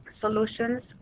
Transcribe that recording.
solutions